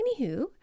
anywho